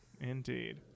indeed